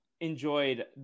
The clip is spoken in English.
enjoyed